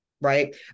Right